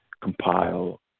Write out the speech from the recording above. compile